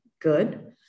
good